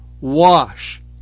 wash